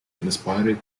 inspired